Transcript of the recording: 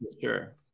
sure